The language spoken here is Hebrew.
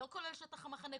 לא כולל שטח המחנה.